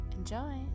Enjoy